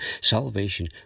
Salvation